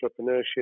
entrepreneurship